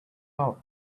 out